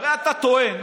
הרי אתה טוען,